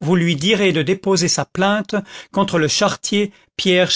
vous lui direz de déposer sa plainte contre le charretier pierre